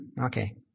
okay